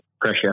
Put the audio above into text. pressure